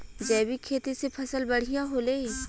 जैविक खेती से फसल बढ़िया होले